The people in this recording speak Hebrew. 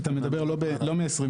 אתה מדבר לא מ-2022?